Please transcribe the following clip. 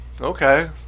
Okay